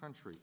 country